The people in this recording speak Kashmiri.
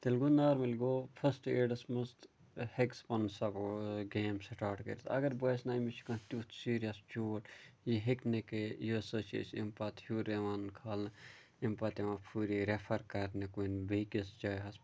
تیٚلہِ گوٚو نارمل گوٚو فٔسٹ ایڈَس منٛز ہیٚکہِ سُہ پَنُن سَپوز گیم سِٹارٹ کٔرِتھ اَگر باسہِ نہٕ أمِس چھُ کانٛہہ تیُتھ سیٖریَس پھیوٗر یہِ ہیٚکہِ نہٕ یہِ ہسا چھِ أسۍ اَمہِ پَتہٕ ہیٚور یِوان کھالنہٕ اَمہِ پَتہٕ یِوان ہیٚور یہِ ریفر کرنہٕ کُنہِ بیٚیہِ کِس جایہِ ہسا